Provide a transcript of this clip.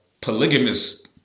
polygamous